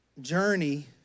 journey